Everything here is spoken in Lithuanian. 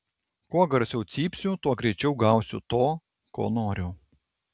kuo garsiau cypsiu tuo greičiau gausiu to ko noriu